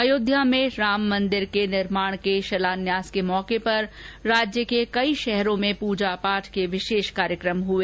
अयोध्या में राम मन्दिर के निर्माण के शिलान्यास के मौके पर राज्य के कई शहरों में पूजा पाठ के विशेष कार्यक्रम हुए